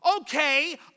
Okay